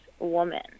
woman